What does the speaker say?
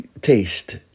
taste